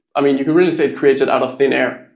i mean, you can really say it creates it out of thin air.